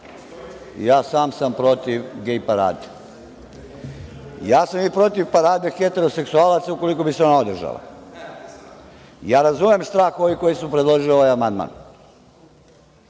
Sam sam protiv gej parade. Protiv sam parade heteroseksualaca ukoliko bi se ona održala. Razumem strah ovih koji su predložili ovaj amandman,